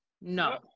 No